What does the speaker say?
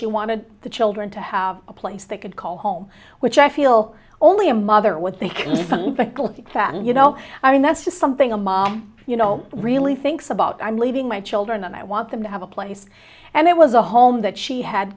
she wanted the children to have a place they could call home which i feel only a mother would think that you know i mean that's just something a mom you know really thinks about i'm leaving my children and i want them to have a place and it was a home that she had